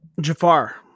Jafar